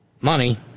money